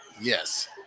Yes